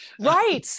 Right